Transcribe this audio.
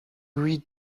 read